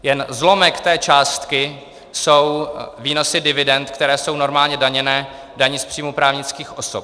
Jen zlomek té částky jsou výnosy dividend, které jsou normálně daněné daní z příjmu právnických osob.